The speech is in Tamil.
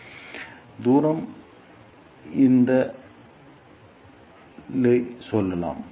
எனவே தூரம் இந்த லே என்று சொல்லலாம்